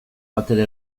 batere